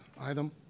item